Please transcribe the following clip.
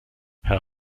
herr